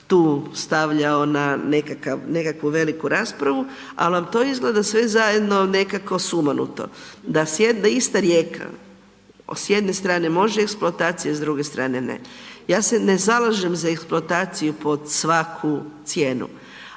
tu stavljao na nekakvu veliku raspravu, al vam to izgleda sve zajedno nekako sumanuto da ista rijeka s jedne strane može eksploatacija, s druge strane ne. Ja se ne zalažem za eksploataciju pod svaku cijenu,